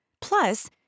Plus